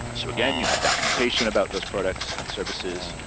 so again you have documentation about those products and services,